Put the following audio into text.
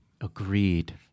Agreed